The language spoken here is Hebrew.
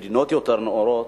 כמדינות יותר נאורות,